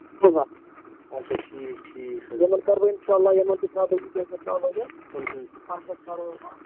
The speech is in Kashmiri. اچھا ٹھیٖک ٹھیٖک حظ یِمَن